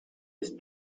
his